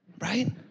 right